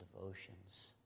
devotions